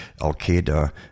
Al-Qaeda